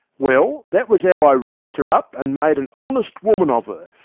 well, that was how i raised her up and made an honest woman of her,